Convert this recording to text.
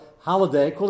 holiday